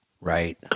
Right